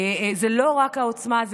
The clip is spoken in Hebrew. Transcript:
זאת לא רק העוצמה,